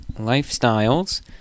lifestyles